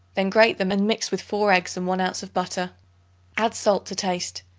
then grate them and mix with four eggs and one ounce of butter add salt to taste.